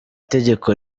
tegeko